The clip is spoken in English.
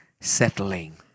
settling